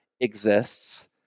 exists